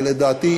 ולדעתי,